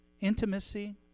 intimacy